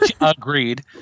Agreed